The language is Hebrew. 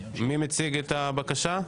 מי מציג את הבקשה?